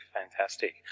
fantastic